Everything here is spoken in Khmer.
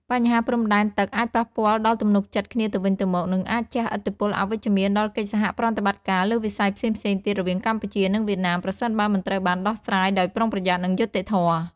បញ្ហាព្រំដែនទឹកអាចប៉ះពាល់ដល់ទំនុកចិត្តគ្នាទៅវិញទៅមក និងអាចជះឥទ្ធិពលអវិជ្ជមានដល់កិច្ចសហប្រតិបត្តិការលើវិស័យផ្សេងៗទៀតរវាងកម្ពុជា និងវៀតណាម ប្រសិនបើមិនត្រូវបានដោះស្រាយដោយប្រុងប្រយ័ត្ន និងយុត្តិធម៌។